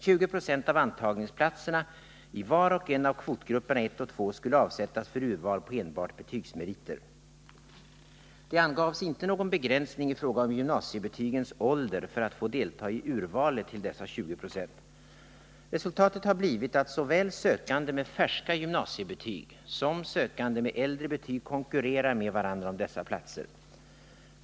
20 76 av antagningsplatserna i var och en av kvotgrupperna I och 2 skulle avsättas för urval på enbart betygsmeriter. Det angavs inte någon begränsning i fråga om gymnasiebetygens ålder för att man skulle få delta i urvalet till dessa 20 96. Resultatet har blivit att såväl sökande med färska gymnasiebetyg som sökande med äldre betyg konkurrerar med varandra om dessa platser.